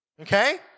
okay